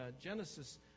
Genesis